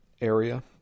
area